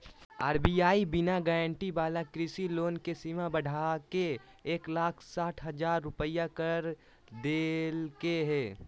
RBI बिना guarantee वाला कृषि लोन के सीमा बढ़ाके एक लाख साठ हजार रुपया कर देलके हें